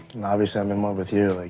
and obviously i'm in love with you, like